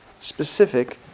specific